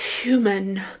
human